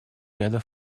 ряда